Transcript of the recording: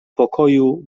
pokoju